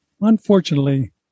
Unfortunately